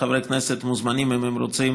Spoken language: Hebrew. חברי הכנסת מוזמנים, אם הם רוצים,